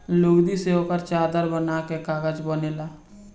लुगदी से ओकर चादर बना के कागज बनेला